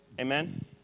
Amen